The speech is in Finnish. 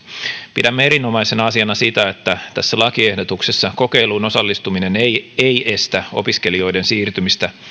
pidämme erinomaisena asiana sitä että tässä lakiehdotuksessa kokeiluun osallistuminen ei ei estä opiskelijoiden siirtymistä